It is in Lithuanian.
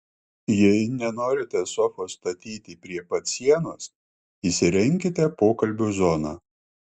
jei nenorite sofos statyti prie pat sienos įsirenkite pokalbių zoną